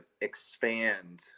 expand